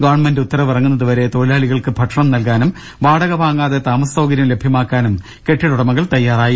government ഉത്തരവിറങ്ങുന്നതു വരെ തൊഴിലാളികൾക്ക് ഭക്ഷണം നൽകാനും വാടക വാങ്ങാതെ താമസസൌകര്യം ലഭ്യമാക്കാനും കെട്ടിട ഉടമകൾ തയ്യാറായി